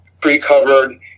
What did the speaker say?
pre-covered